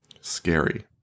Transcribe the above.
scary